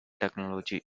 technology